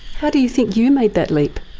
how do you think you made that leap?